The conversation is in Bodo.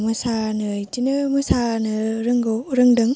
मोसानो बिदिनो मोसानो रोंगौ रोंदों